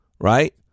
right